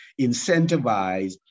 Incentivize